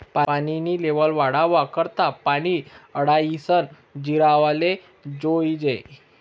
पानी नी लेव्हल वाढावा करता पानी आडायीसन जिरावाले जोयजे